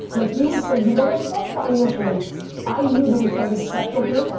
like you would say, you know what, fuck financially i knew there was something special here.